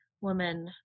woman